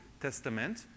Testament